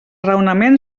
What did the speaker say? raonament